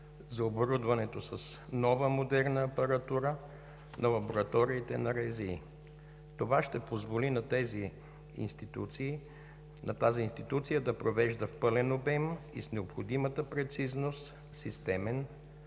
за оборудването с нова модерна апаратура на лабораториите на РЗИ. Това ще позволи на тази институция да провежда в пълен обем и с необходимата прецизност системен в